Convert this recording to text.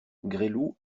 gresloup